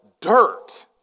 dirt